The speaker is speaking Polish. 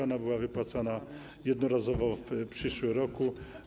Ona była wypłacana jednorazowo w ubiegłym roku.